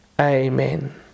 Amen